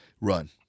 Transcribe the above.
run